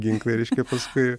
ginklai reiškia paskui